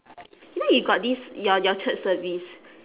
you know you got this your your church service